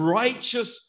righteous